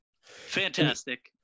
Fantastic